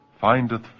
findeth